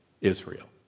Israel